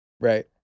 right